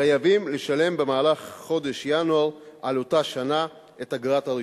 חייבים לשלם במהלך חודש ינואר של אותה שנה את אגרת הרישוי.